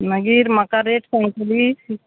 मागीर म्हाका रेट सांगतली